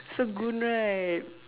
so good right